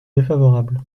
défavorable